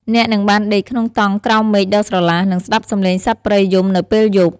អ្នកនឹងបានដេកក្នុងតង់ក្រោមមេឃដ៏ស្រឡះ និងស្តាប់សំឡេងសត្វព្រៃយំនៅពេលយប់។